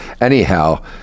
anyhow